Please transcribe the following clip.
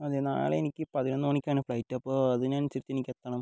അതെ നാളെ എനിക്ക് പതിനൊന്ന് മണിക്കാണ് ഫ്ലൈറ്റ് അപ്പോൾ അതിനനുസരിച്ച് എനിക്കെത്തണം